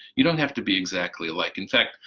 you don't have to be exactly alike. in fact,